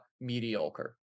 mediocre